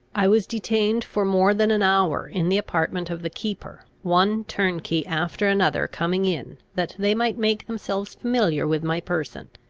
i was detained for more than an hour in the apartment of the keeper, one turnkey after another coming in, that they might make themselves familiar with my person.